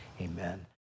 Amen